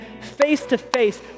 face-to-face